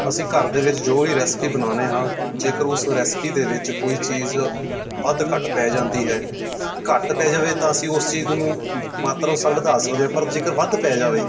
ਅਸੀਂ ਘਰ ਦੇ ਵਿੱਚ ਜੋ ਵੀ ਰੈਸਪੀ ਬਣਾਉਂਦੇ ਹਾਂ ਜੇਕਰ ਉਸ ਰੈਸਪੀ ਦੇ ਵਿੱਚ ਕੋਈ ਚੀਜ਼ ਵੱਧ ਘੱਟ ਪੈ ਜਾਂਦੀ ਹੈ ਘੱਟ ਪੈ ਜਾਵੇ ਤਾਂ ਅਸੀਂ ਉਸ ਚੀਜ਼ ਨੂੰ ਮਾਤਰਾ ਅਨੁਸਾਰ ਵਧਾ ਸਕਦੇ ਹਾਂ ਪਰ ਜੇਕਰ ਵੱਧ ਪੈ ਜਾਵੇ